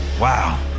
Wow